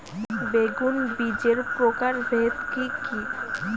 বেগুন বীজের প্রকারভেদ কি কী?